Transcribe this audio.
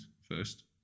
first